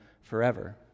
forever